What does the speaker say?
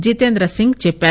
జితేంద్ర సింగ్ చెప్పారు